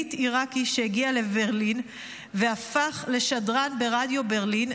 פליט עיראקי שהגיע לברלין והפך לשדרן ברדיו ברלין,